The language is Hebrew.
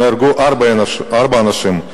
נהרגו ארבעה אנשים,